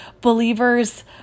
believers